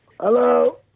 Hello